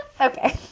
Okay